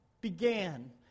began